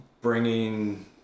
bringing